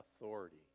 authority